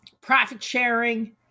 profit-sharing